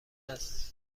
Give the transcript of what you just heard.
است